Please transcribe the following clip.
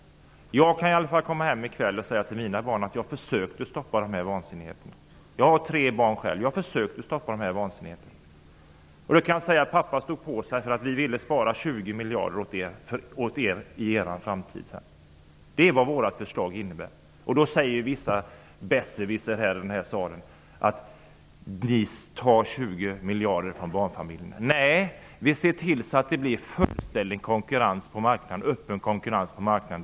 Jag kan i alla fall komma hem i kväll och säga till mina barn att jag försökte att stoppa dessa vansinnigheter. Jag har tre barn. Jag kan också säga att pappa stod på sig därför att vi ville spara 20 miljarder för barnens framtid. Det är vad vårt förslag innebär. Då säger vissa besserwissrar i den här salen att vi tar 20 miljarder från barnfamiljerna. Nej, vi ser till att det blir fullständig och öppen konkurrens på marknaden.